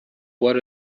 what